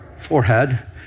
forehead